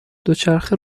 دوچرخه